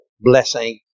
blessing